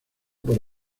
por